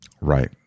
Right